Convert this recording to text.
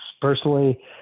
personally